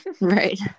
Right